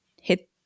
hit